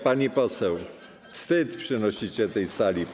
Pani poseł, wstyd przynosicie tej sali.